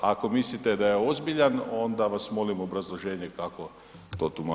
Ako mislite da je ozbiljan, onda vas molim obrazloženje kako to tumačite.